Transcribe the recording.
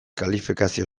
kalifikazio